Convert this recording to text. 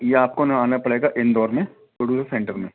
या आपको ना आना परेगा इंदौर में प्रोडूसर सेंटर में